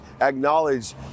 acknowledge